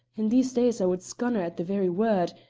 in these days i would scunner at the very word,